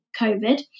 COVID